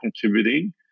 contributing